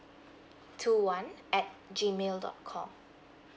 two one at G mail dot com